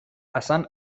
اصن